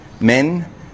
men